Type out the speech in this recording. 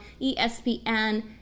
ESPN